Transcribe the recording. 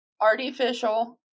Artificial